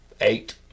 eight